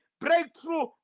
breakthrough